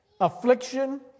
affliction